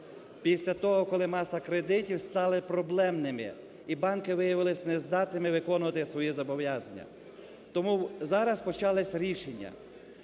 після того, коли маса кредитів стали проблемними і банки виявились нездатними виконувати свої зобов’язання. Тому зараз почались рішення,